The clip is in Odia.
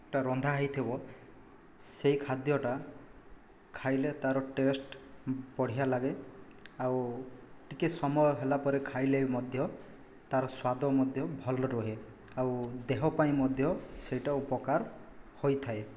ଟା ରନ୍ଧା ହୋଇଥିବ ସେହି ଖାଦ୍ୟଟା ଖାଇଲେ ତା'ର ଟେଷ୍ଟ ବଢ଼ିଆ ଲାଗେ ଆଉ ଟିକିଏ ସମୟ ହେଲା ପରେ ଖାଇଲେ ମଧ୍ୟ ତା'ର ସ୍ୱାଦ ମଧ୍ୟ ଭଲ ରହେ ଆଉ ଦେହପାଇଁ ମଧ୍ୟ ସେଇଟା ଉପକାର ହୋଇଥାଏ